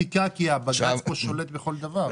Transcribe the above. זה צריך להיות בחקיקה כי הבג"ץ פה שולט בכל דבר.